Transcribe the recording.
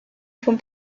from